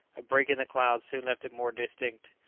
a break in the clouds soon left it more distinct.